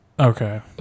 Okay